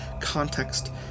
Context